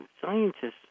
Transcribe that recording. scientists